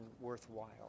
worthwhile